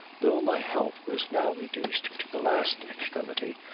though my health was now reduced to the last extremity,